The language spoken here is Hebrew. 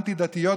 אנטי-דתיות,